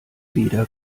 wieder